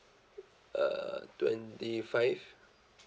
uh twenty five